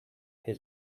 his